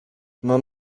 mam